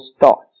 thoughts